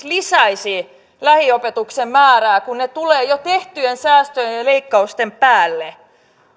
lisäisivät lähiopetuksen määrää kun ne tulevat jo tehtyjen säästöjen ja leikkausten päälle